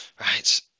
Right